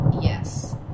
yes